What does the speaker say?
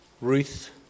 Ruth